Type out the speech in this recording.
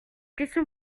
question